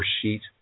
sheet